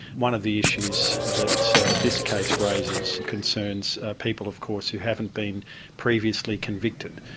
one of the issues that this case raises concerns people, of course, who haven't been previously convicted.